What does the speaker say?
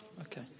Okay